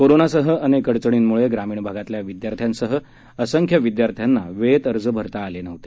कोरोनासह अनेक अडचणींम्ळे ग्रामीण भागातल्या विद्यार्थ्यांसह असंख्य विदयार्थ्यांना वेळेत अर्ज भरता आले नव्हते